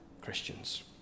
Christians